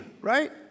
right